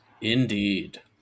indeed